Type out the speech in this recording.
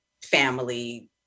family